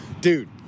Dude